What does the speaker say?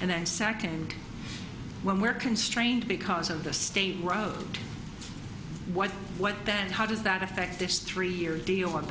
and then second when we're constrained because of the state road what what then how does that affect this three year deal